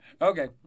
Okay